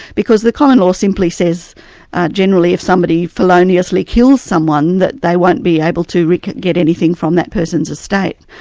because the common law simply says generally if somebody feloniously kills someone that they won't be able to and get anything from that person's estate.